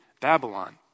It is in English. Babylon